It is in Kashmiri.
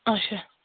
اچھا